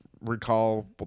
recall